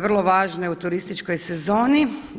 vrlo važne u turističkoj sezoni.